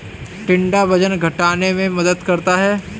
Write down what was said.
टिंडा वजन घटाने में मदद करता है